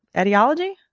ideology?